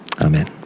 Amen